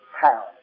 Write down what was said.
power